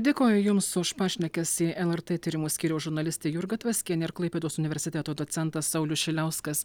dėkoju jums už pašnekesį lrt tyrimų skyriaus žurnalistė jurga tvaskienė ir klaipėdos universiteto docentas saulius šiliauskas